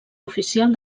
oficial